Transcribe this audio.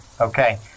Okay